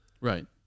Right